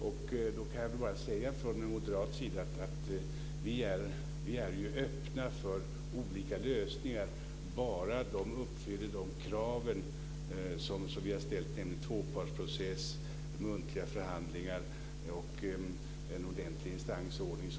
Då kan jag bara säga att från moderat håll är vi öppna för olika lösningar bara de uppfyller de krav som vi har ställt, nämligen tvåpartsprocess, muntliga förhandlingar och en ordentlig instansordning.